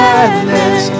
Sadness